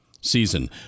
season